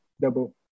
double